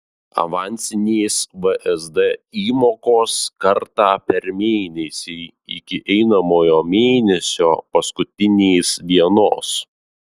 avansinės vsd įmokos kartą per mėnesį iki einamojo mėnesio paskutinės dienos